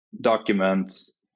documents